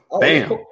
Bam